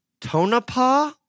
Tonopah